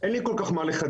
אין לי כל כך מה לחדש.